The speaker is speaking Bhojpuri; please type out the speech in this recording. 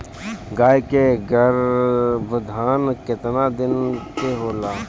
गाय के गरभाधान केतना दिन के होला?